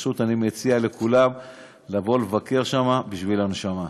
פשוט אני מציע לכולם לבוא לבקר שם בשביל הנשמה.